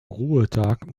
ruhetag